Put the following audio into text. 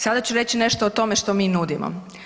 Sada ću reći nešto o tome što mi nudimo.